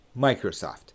microsoft